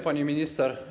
Pani Minister!